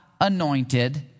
anointed